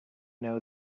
know